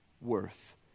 worth